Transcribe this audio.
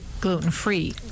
gluten-free